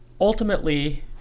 Ultimately